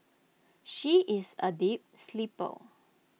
she is A deep sleeper